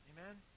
Amen